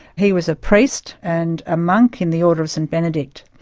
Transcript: he was a priest and a monk in the order of st benedict.